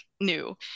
new